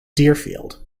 deerfield